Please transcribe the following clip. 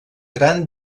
gran